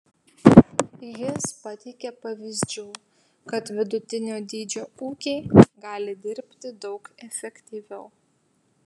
jis pateikė pavyzdžių kad vidutinio dydžio ūkiai gali dirbti daug efektyviau